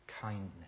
kindness